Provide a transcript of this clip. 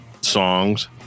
songs